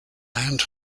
and